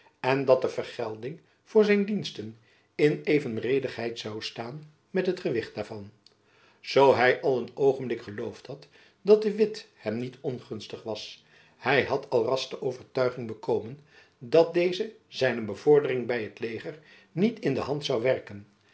en dat de vergelding voor zijn diensten in evenredigheid zoû staan met het gewicht daarvan zoo hy al een oogenblik geloofd had dat de witt hem niet ongunstig was hy had alras de overtuiging bekomen dat deze zijne bevordering by t leger niet in de hand zoû werken